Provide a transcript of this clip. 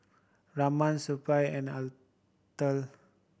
Raman Suppiah and Atal